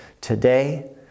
today